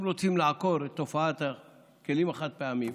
אם רוצים לעקור את תופעת הכלים החד-פעמיים,